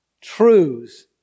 truths